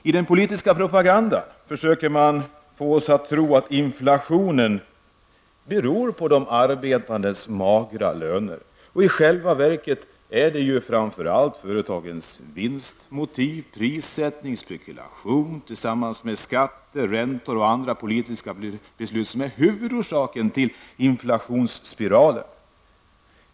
I den politiska propagandan försöker man få oss att tro att inflationen beror på de arbetandes magra löneökningar. I själva verket är det framför allt företagens vinster, prissättning och spekulation tillsammans med skatter, räntor och politiska beslut som är huvudorsaken till inflationsspiralen.